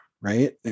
right